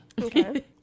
Okay